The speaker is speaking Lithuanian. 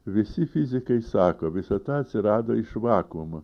visi fizikai sako visata atsirado iš vakuumo